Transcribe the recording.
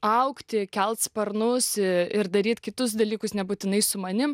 augti kelt sparnus ir daryt kitus dalykus nebūtinai su manim